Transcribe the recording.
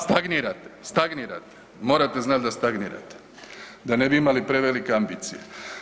Stagnirate, stagnirate, morate znat da stagnirate da ne bi imali prevelike ambicije.